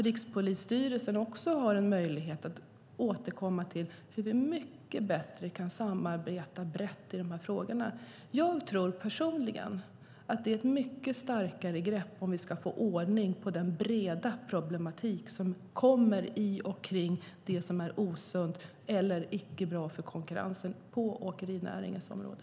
Rikspolisstyrelsen har också en möjlighet att återkomma till hur vi mycket bättre kan samarbeta brett i de här frågorna. Jag tror personligen att detta är ett mycket starkare grepp om vi ska få ordning på den breda problematik som kommer i och kring det som är osunt eller icke bra för konkurrensen på åkerinäringens område.